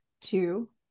Two